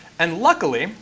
and luckily,